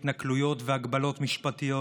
התנכלויות והגבלות משפטיות,